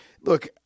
Look